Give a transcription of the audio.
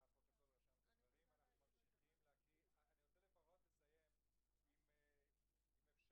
נערכים אם פתאום נתפסים באמצע